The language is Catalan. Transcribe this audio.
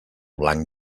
blanc